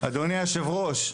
אדוני יושב הראש,